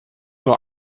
nur